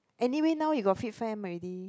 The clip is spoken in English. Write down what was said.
anyway now you got fit fam already